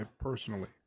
personally